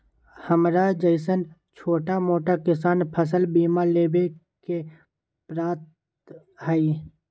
हमरा जैईसन छोटा मोटा किसान फसल बीमा लेबे के पात्र हई?